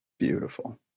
beautiful